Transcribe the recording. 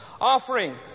Offering